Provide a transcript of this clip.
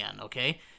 okay